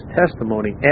testimony